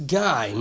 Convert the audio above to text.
guy